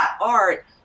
art